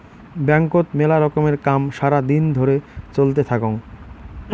ব্যাংকত মেলা রকমের কাম সারা দিন ধরে চলতে থাকঙ